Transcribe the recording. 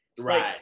Right